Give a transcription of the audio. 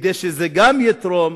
כדי לתרום